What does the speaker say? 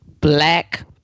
Black